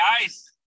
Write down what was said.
guys